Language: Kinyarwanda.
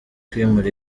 kwimura